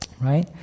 right